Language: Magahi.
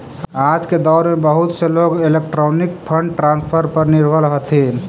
आज के दौर में बहुत से लोग इलेक्ट्रॉनिक फंड ट्रांसफर पर निर्भर हथीन